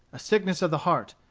a sickness of the heart,